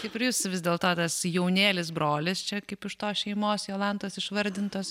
kaip ir jūs vis dėl to tas jaunėlis brolis čia kaip iš tos šeimos jolantos išvardintos